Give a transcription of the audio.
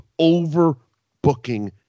overbooking